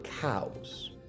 cows